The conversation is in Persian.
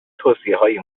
توصیههای